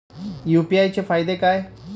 UPI चे फायदे काय?